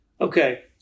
Okay